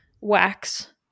wax